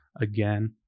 again